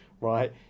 right